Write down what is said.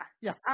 yes